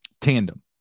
tandem